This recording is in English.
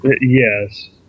Yes